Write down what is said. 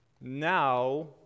Now